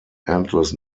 endless